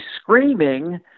screaming